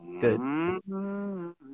good